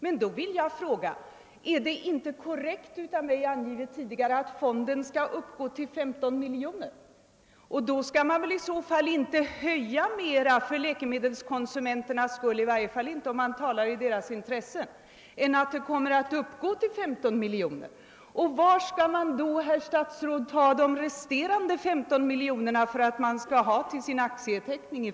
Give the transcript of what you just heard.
Men då vill jag fråga: Är det inte korrekt som jag förut angivit, att fonden skall uppgå till 15 miljoner kronor? I så fall bör man väl inte göra en större höjning — i varje fall om man talar i läkemedelskonsumenternas intresse — än att fonden kommer att uppgå till 15 miljoner kronor. Och var skall man i så fall ta de resterande 15 miljoner kronor som man behöver för statens aktieteckning?